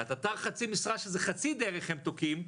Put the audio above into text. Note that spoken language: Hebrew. על התט"ר חצי משרה שזה חצי דרך, הם תוקעים,